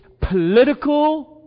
political